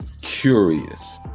curious